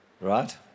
Right